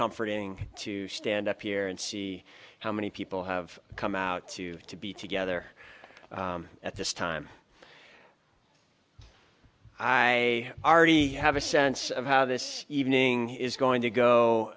comforting to stand up here and see how many people have come out to to be together at this time i already have a sense of how this evening is going to go